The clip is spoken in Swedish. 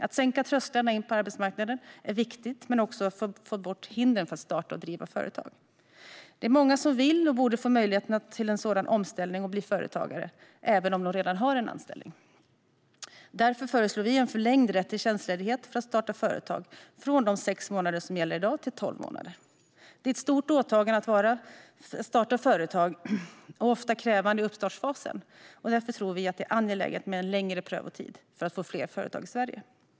Att sänka trösklarna in på arbetsmarknaden är viktigt, men det är också viktigt att få bort hindren för att starta och driva företag. Det är många som vill och borde få möjligheten till en sådan omställning och till att bli företagare, även om de redan har en anställning. Därför föreslår vi en förlängd rätt till tjänstledighet för att starta företag, från de sex månader som gäller i dag till tolv månader. Det är ett stort personligt åtagande att starta företag, och det är ofta krävande i uppstartsfasen. Därför tror vi att det är angeläget med en längre prövotid för att få fler företag i Sverige.